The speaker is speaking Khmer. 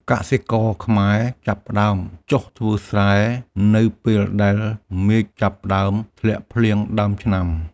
កសិករខ្មែរចាប់ផ្តើមចុះធ្វើស្រែនៅពេលដែលមេឃចាប់ផ្តើមធ្លាក់ភ្លៀងដើមឆ្នាំ។